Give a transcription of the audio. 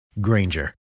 Granger